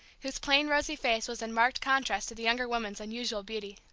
whose plain rosy face was in marked contrast to the younger woman's unusual beauty.